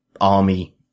army